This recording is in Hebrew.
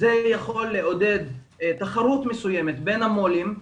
זה יכול לעודד תחרות מסוימת בין המו"לים,